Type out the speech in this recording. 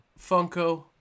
Funko